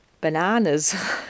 bananas